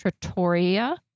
Trattoria